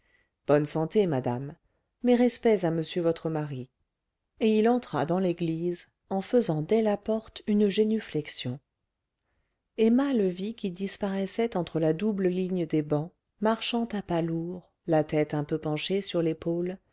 bonne santé madame mes respects à monsieur votre mari et il entra dans l'église en faisant dès la porte une génuflexion emma le vit qui disparaissait entre la double ligne des bancs marchant à pas lourds la tête un peu penchée sur l'épaule